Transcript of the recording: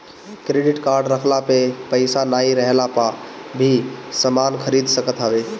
credit card रखला पे पईसा नाइ रहला पअ भी समान खरीद सकत हवअ